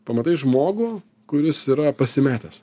pamatai žmogų kuris yra pasimetęs